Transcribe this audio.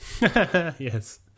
Yes